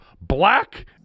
black